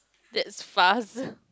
that's fast